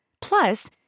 Plus